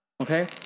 Okay